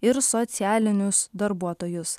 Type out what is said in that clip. ir socialinius darbuotojus